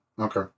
Okay